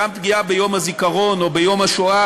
גם פגיעה ביום הזיכרון או ביום השואה,